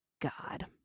God